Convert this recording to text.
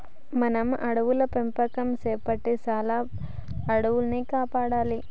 మనం అడవుల పెంపకం సేపట్టి చాలా అడవుల్ని కాపాడాలి